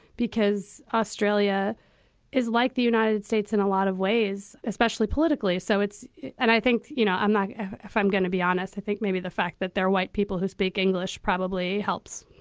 because australia is like the united states in a lot of ways, especially politically. so it's and i think, you know, i'm not if i'm going to be honest, i think maybe the fact that there are white people who speak english probably helps